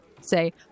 say